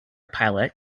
pilot